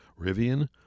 Rivian